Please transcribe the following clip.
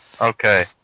Okay